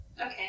Okay